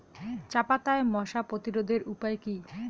চাপাতায় মশা প্রতিরোধের উপায় কি?